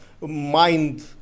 mind